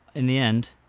in the end,